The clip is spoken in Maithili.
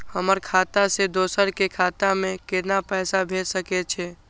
हमर खाता से दोसर के खाता में केना पैसा भेज सके छे?